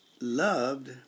loved